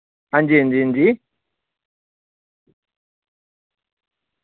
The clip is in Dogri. हांजी हांजी हांजी